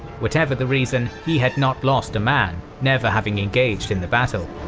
whatever the reason, he had not lost a man, never having engaged in the battle.